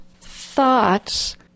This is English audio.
thoughts